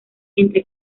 entre